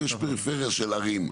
ויש פריפריה של ערים.